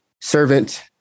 servant